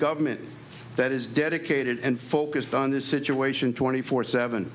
government that is dedicated and focused on this situation twenty four seven